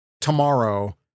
tomorrow